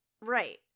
Right